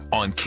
on